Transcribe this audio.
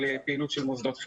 אבל אין שום הגבלה על הפעלה כזאת.